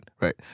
right